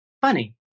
funny